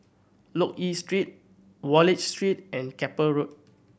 Loke Yew Street Wallich Street and Keppel Road